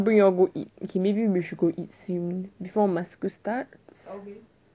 bring you all go eat okay maybe we should go eat soon before my school start